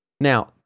Now